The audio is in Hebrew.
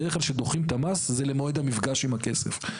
בדרך כלל, כשדוחים את המס זה למועד המפגש עם הכסף.